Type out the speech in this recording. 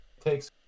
takes